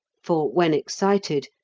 for, when excited,